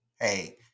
hey